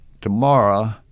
tomorrow